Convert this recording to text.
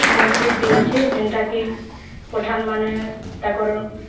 ମସଜିଦ୍ ବି ଅଛେ ଯେନ୍ତାକି ପଠାନ୍ମାନେ ତାକର୍